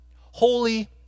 Holy